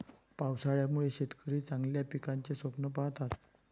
पावसाळ्यामुळे शेतकरी चांगल्या पिकाचे स्वप्न पाहतात